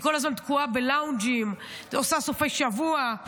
היא כל הזמן תקועה בלאונג'ים, עושה סופי שבוע.